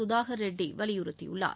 சுதாகர் ரெட்ட வலியுறுத்தியுள்ளார்